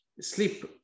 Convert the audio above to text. sleep